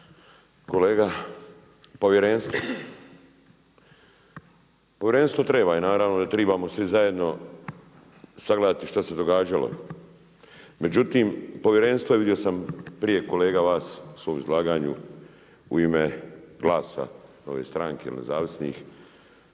Kolega, povjerenstvo, povjerenstvo treba i naravno da tribamo svi zajedno sagledati šta se događalo. Međutim povjerenstvo vidio sam prije kolega vas u svom izlaganju u ime glasa ove stranke ili nezavisnih